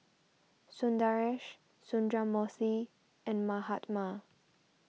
Sundaresh Sundramoorthy and Mahatma